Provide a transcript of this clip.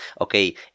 okay